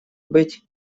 быть